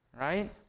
right